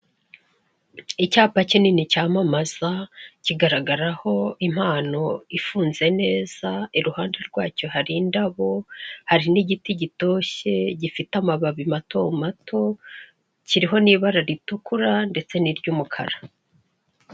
Icyapa kinini cyamamaza kigaragaraho impano ifunze neza, i ruhande rwacyo hari indabo, hari n'igiti gitoshye gifite amababi mato mato kiriho n'ibara ritukura ndetse n'iry'umukara.